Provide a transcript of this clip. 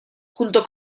junto